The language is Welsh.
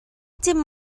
dim